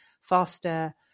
faster